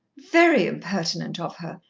very impertinent of her!